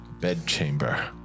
bedchamber